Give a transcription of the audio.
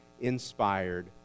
inspired